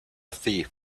thief